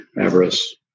avarice